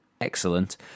excellent